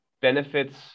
benefits